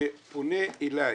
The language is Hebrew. כשפונה אלי